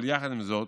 אבל יחד עם זאת,